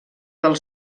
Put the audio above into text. del